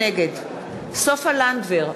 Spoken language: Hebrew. נגד סופה לנדבר,